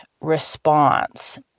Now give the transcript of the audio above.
response